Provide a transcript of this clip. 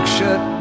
shut